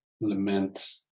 Lament